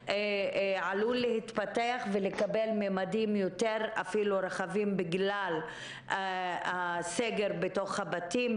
עלול להתפתח ולקבל ממדים אפילו יותר רחבים בגלל הסגר בתוך הבתים,